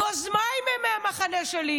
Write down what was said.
נו, אז מה אם הם מהמחנה שלי?